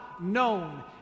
known